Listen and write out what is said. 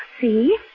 See